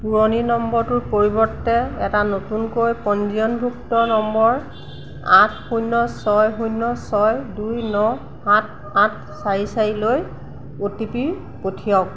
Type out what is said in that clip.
পুৰণি নম্বৰটোৰ পৰিৱৰ্তে এটা নতুনকৈ পঞ্জীয়নভুক্ত নম্বৰ আঠ শূণ্য ছয় শূণ্য ছয় দুই ন সাত আঠ চাৰি চাৰিলৈ অ'টিপি পঠিয়াওঁক